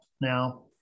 now